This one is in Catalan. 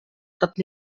tot